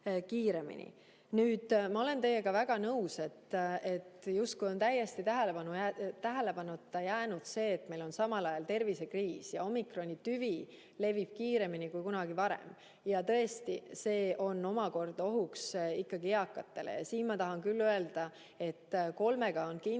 olen teiega väga nõus, et on justkui täiesti tähelepanuta jäänud see, et meil on samal ajal tervisekriis ja omikrontüvi levib kiiremini kui kunagi varem. Tõesti, see on omakorda ohuks eelkõige eakatele. Siin ma tahan küll öelda, et kolmega on kindlam,